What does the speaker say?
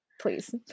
please